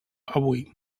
avui